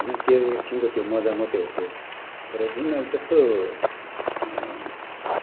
होइन त्यो एकछिनको त्यो मज्जा मात्रै हो त्यो तर जुन अब जस्तो